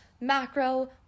macro